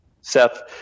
Seth